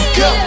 go